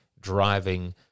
driving